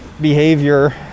behavior